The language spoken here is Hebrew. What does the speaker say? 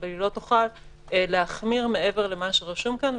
אבל היא לא תוכל להחמיר מעבר למה שרשום כאן,